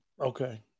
Okay